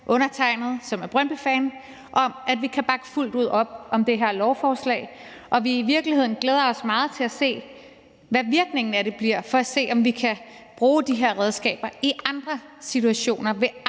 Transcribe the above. undertegnede, som er brøndbyfan, at vi kan bakke fuldt ud op om det her lovforslag, og vi glæder os i virkeligheden meget til at se, hvad virkningen af det bliver, og om vi kan bruge de her redskaber i andre situationer,